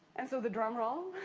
and, so, the drum roll.